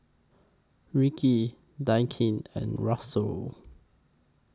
Rikki and Russel